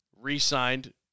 re-signed